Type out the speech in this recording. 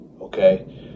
okay